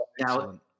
excellent